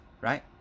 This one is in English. right